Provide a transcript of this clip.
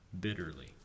bitterly